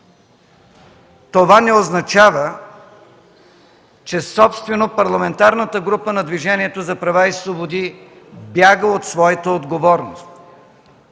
Това не означава, че собствено Парламентарната група на Движението за права и свободи бяга от своята отговорност.